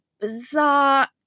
bizarre